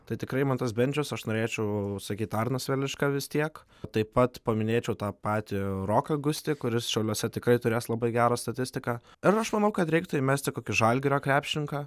tai tikrai eimantas bendžius aš norėčiau sakyt arnas velička vis tiek taip pat paminėčiau tą patį roką gustį kuris šiauliuose tikrai turės labai gerą statistiką ir aš manau kad reiktų įmesti kokį žalgirio krepšininką